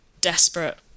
desperate